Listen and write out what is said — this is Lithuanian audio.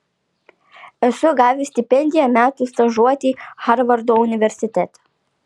esu gavęs stipendiją metų stažuotei harvardo universitete